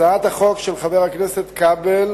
הצעת החוק של חבר הכנסת כבל